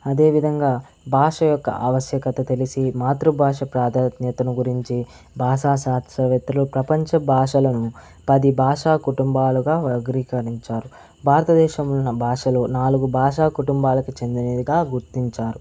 అదే విధంగా భాష యొక్క ఆవశ్యకత తెలిసి మాతృభాష ప్రాధాన్యతను గురించి భాషా శాస్త్రవేత్తలు ప్రపంచ భాషలను పది భాషా కుటుంబాలుగా వర్గీకరించారు భారతదేశంలో ఉన్న భాషలు నాలుగు భాషా కుటుంబాలకి చెందినదిగా గుర్తించారు